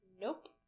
Nope